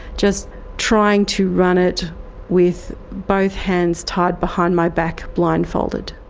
just trying to run it with both hands tied behind my back, blindfolded.